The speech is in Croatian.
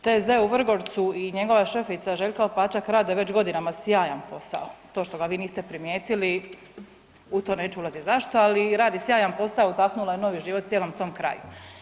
TZ u Vrgorcu i njegova šefica Željka Opačak rade već godinama sjajan posao, to što ga vi niste primijetili u to neću ulazit zašto, ali radi sjajan posao, udahnula je novi život cijelom tom kraju.